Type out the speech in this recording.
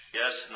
yes